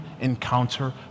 encounter